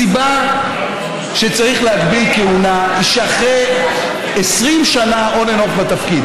הסיבה שצריך להגביל כהונה היא שאחרי 20 שנה on and off בתפקיד,